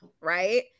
right